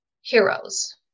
heroes